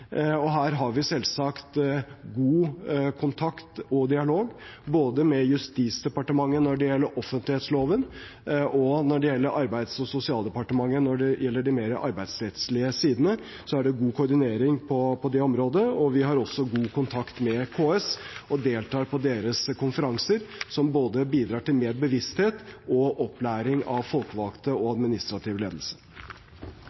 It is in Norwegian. Her har vi selvsagt god kontakt og dialog med både Justisdepartementet når det gjelder offentlighetsloven og Arbeids- og sosialdepartementet når det gjelder de mer arbeidsrettslige sidene – det er god koordinering på det området. Vi har også god kontakt med KS og deltar på deres konferanser, som bidrar til mer bevissthet og opplæring av folkevalgte og